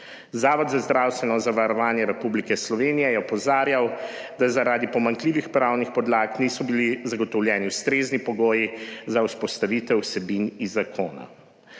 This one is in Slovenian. Zavod za zdravstveno zavarovanje Republike Slovenije je opozarjal, da zaradi pomanjkljivih pravnih podlag niso bili zagotovljeni ustrezni pogoji za vzpostavitev vsebin iz zakona.